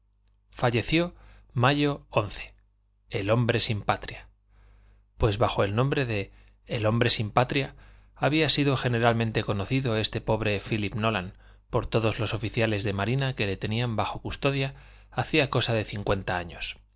falleció mayo el hombre sin patria pues bajo el nombre de el hombre sin patria había sido generalmente conocido este pobre phílip nolan por todos los oficiales de marina que le tenían bajo custodia hacía cosa de cincuenta años